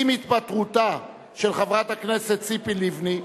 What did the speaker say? עם התפטרותה של חברת הכנסת ציפי לבני,